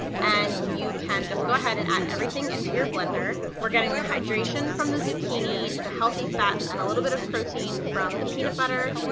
and you can just go ahead and add everything into your blender. we're getting the hydration from the zucchini, the healthy fats and a little bit of protein from the peanut butter,